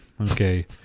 Okay